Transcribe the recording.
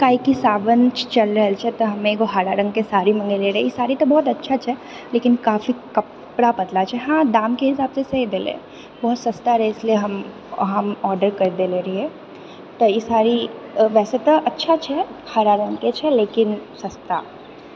काहेकि सावन चल रहल छै तऽ हम एगो हरा रङ्गके साड़ी मङ्गैने रही ई साड़ी तऽ बहुत अच्छा छै लेकिन काफी कपड़ा पतला छै हाँ दामके हिसाबसँ सही देलै बहुत सस्ता रहए इसलिए हम हम आर्डर करि देले रहिऐ तऽ ई साड़ी वैसे तऽ अच्छा छै हरा रङ्गके छै लेकिन सस्ता